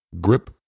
grip